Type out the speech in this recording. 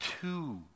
two